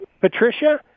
Patricia